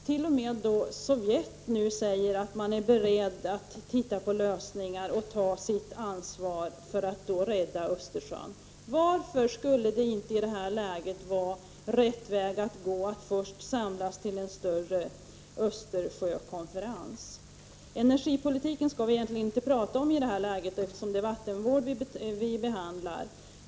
T.o.m. i Sovjet säger man sig vara beredd att se på lösningar och ta sitt ansvar för att rädda Östersjön. Varför är det inte i detta läge rätt väg att gå att samlas till en större Östersjökonferens? Vi skall egentligen inte nu tala om energipolitiken, eftersom det är vattenvården vi behandlar.